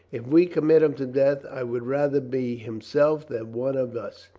if we commit him to death i would rather be himself than one of us.